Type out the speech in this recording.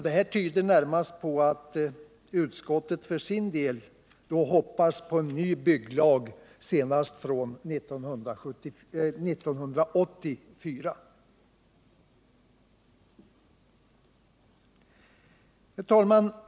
Detta tyder närmast på att utskottet för sin del hoppas på en ny bygglag senast från 1984. Herr talman!